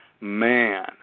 Man